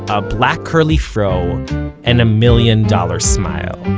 a black curly fro and a million dollar smile.